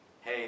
hey